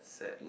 sad